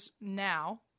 now